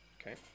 Okay